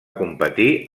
competir